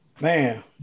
Man